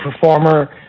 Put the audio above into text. performer